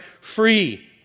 free